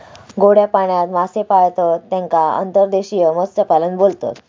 गोड्या पाण्यात मासे पाळतत तेका अंतर्देशीय मत्स्यपालन बोलतत